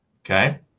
Okay